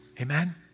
Amen